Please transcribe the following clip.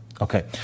okay